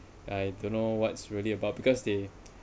I don't know what's really about because they